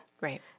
Right